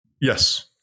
yes